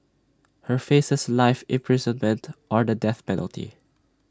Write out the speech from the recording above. he faces life imprisonment or the death penalty